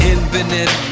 Infinite